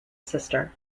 sister